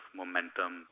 momentum